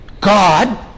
God